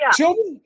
children